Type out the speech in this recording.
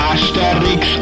Asterix